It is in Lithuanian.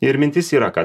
ir mintis yra kad